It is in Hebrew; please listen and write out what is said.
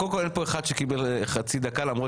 קודם כל אין פה אחד שקיבל חצי דקה למרות